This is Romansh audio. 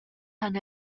han